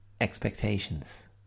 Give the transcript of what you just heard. expectations